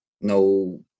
no